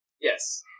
Yes